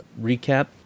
recap